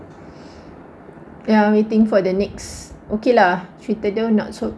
ya waiting for the next okay lah cerita dia not so